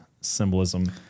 symbolism